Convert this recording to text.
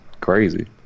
crazy